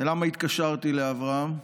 ולמה התקשרתי לאברהם?